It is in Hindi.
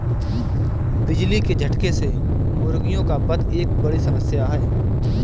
बिजली के झटके से मुर्गियों का वध एक बड़ी समस्या है